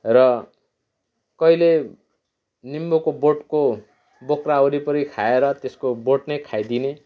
र कहिले निम्बुको बोटको बोक्रा वरिपरि खाएर त्यसको बोट नै खाइदिने